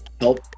help